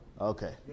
Okay